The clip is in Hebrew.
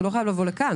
הוא לא חייב לבוא לכאן,